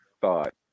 thought